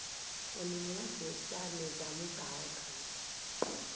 anaemia के उपचार में जामुन सहायक हई